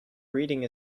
reading